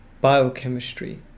biochemistry